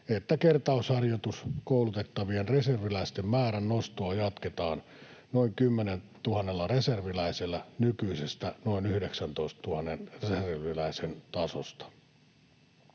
että kertausharjoituskoulutettavien reserviläisten määrän nostoa jatketaan noin 10 000 reserviläisellä nykyisestä noin 19 000 reserviläisen tasosta.